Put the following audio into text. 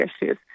issues